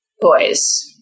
boys